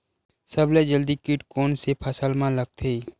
सबले जल्दी कीट कोन से फसल मा लगथे?